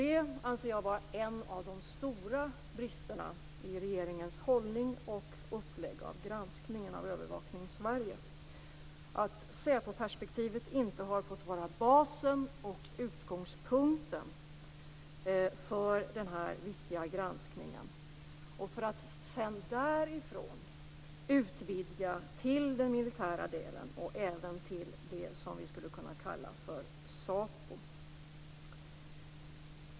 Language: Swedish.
Det anser jag är en av de stora bristerna i regeringens hållning och upplägg av granskningen av Övervakningssverige. Det är fel att säpoperspektivet inte har fått vara basen och utgångspunkten för denna viktiga granskning. Därifrån hade man sedan kunnat utvidga till den militära delen och även till det som vi skulle kunna kalla för sapo.